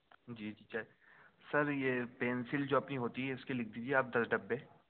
جی sir یہ pencil جو اپنی ہوتی ہے اس کی لکھ دیجیے آپ دس ڈبے